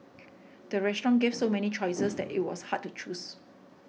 the restaurant gave so many choices that it was hard to choose